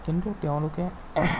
কিন্তু তেওঁলোকে